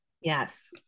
Yes